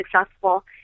successful